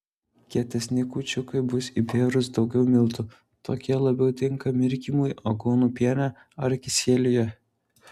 kietesni kūčiukai bus įbėrus daugiau miltų tokie labiau tinka mirkymui aguonų piene ar kisieliuje